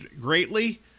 greatly